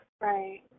Right